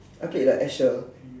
I played the Asher